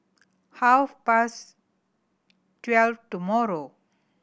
half past twelve tomorrow